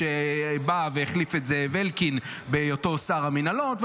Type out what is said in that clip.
שבא והחליף את זאב אלקין בהיותו שר המינהלות,